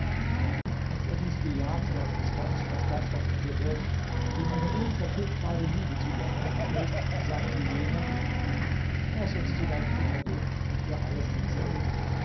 als er dies bejahte und gestand daß das was er gehört ihm eine unvertilgbare liebe zu ihr eingeflößt sagte jener laß uns zu deiner mutter gehen und ihr alles erzählen